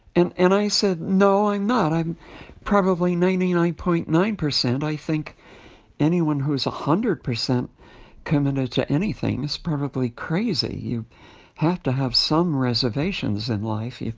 and and i said, no, i'm not. i'm probably ninety nine point nine percent. i think anyone who is one ah hundred percent committed to anything is probably crazy. you have to have some reservations in life.